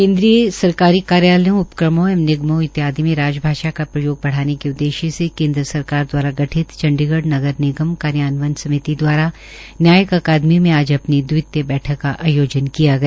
केन्द्रीय सरकारी कार्यालयों उपक्रमों एवं निगमों इत्यादि में राजभाषा का प्रयोग बढ़ाने के उद्देश्य से केन्द्र सरकार दवारा गठित चंडीगढ़ नगर निगम कार्यान्वयन समिति ने न्यायिक अकादमी में आज अपनी दवितीय बैठक का आयोजन किया गया